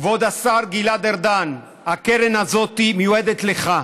כבוד השר גלעד ארדן, הקרן הזאת מיועדת לך.